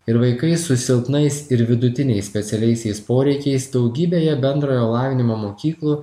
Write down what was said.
ir vaikai su silpnais ir vidutiniais specialiaisiais poreikiais daugybėje bendrojo lavinimo mokyklų